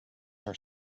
are